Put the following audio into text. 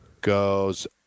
goes